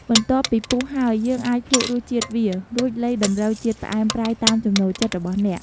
បន្ទាប់ពីពុះហើយ យើងអាចភ្លក្សរសជាតិវា រួចលៃតម្រូវជាតិផ្អែមប្រៃតាមចំណូលចិត្តរបស់អ្នក។